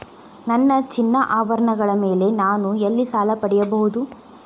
ನನ್ನ ಚಿನ್ನಾಭರಣಗಳ ಮೇಲೆ ನಾನು ಎಲ್ಲಿ ಸಾಲ ಪಡೆಯಬಹುದು?